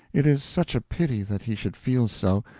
it is such a pity that he should feel so,